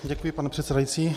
Děkuji, pane předsedající.